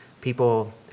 people